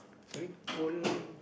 sorry own